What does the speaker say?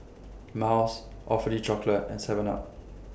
Miles Awfully Chocolate and Seven up